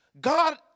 God